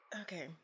okay